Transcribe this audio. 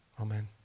Amen